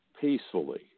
peacefully